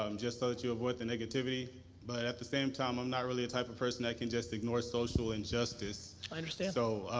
um just so that you avoid the negativity but at the same time, i'm not really a type of person that can just ignore social injustice. i understand. so,